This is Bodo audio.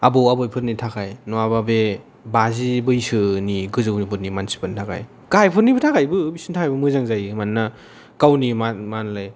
आबौ आबैफोरनि थाखाय नङाबा बे बाजि बैसोनि गोजौफोरनि मानसिफोरनि थाखाय गाहायफोरनि थाखायबो बिसिनि थाखायबो मोजां जायो मानोना गावनि माहोनोमोनलाय